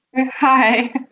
Hi